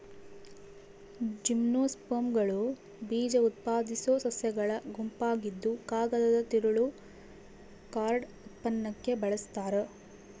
ಜಿಮ್ನೋಸ್ಪರ್ಮ್ಗಳು ಬೀಜಉತ್ಪಾದಿಸೋ ಸಸ್ಯಗಳ ಗುಂಪಾಗಿದ್ದುಕಾಗದದ ತಿರುಳು ಕಾರ್ಡ್ ಉತ್ಪನ್ನಕ್ಕೆ ಬಳಸ್ತಾರ